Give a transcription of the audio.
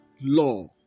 law